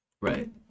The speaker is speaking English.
Right